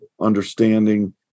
understanding